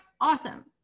Awesome